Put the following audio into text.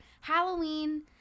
Halloween